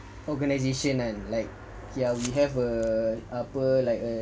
organisation kan like ya we have a apa like uh